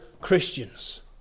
Christians